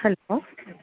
hello